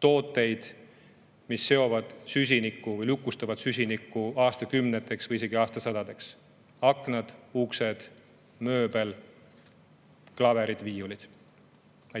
tooteid, mis seovad süsinikku, lukustavad süsinikku aastakümneteks või isegi aastasadadeks: aknad, uksed, mööbel, klaverid, viiulid.